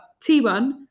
T1